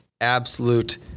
absolute